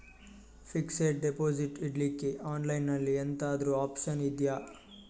Fixed deposit ಇಡ್ಲಿಕ್ಕೆ online ಅಲ್ಲಿ ಎಂತಾದ್ರೂ ಒಪ್ಶನ್ ಇದ್ಯಾ?